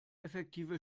effektive